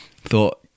thought